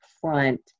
front